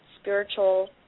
spiritual